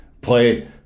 play